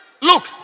Look